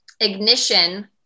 ignition